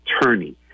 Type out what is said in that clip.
attorney